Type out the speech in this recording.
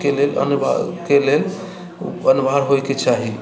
के लेल अनिवार्य होयके चाही